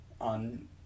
on